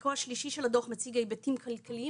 חלקו השלישי של הדו"ח מציג היבטים כלכליים